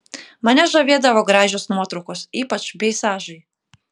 mane žavėdavo gražios nuotraukos ypač peizažai